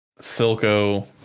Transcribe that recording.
silco